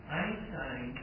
Einstein